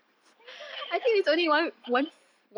that's why then I was like patut lah